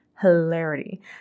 hilarity